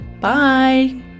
Bye